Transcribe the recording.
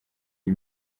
iyi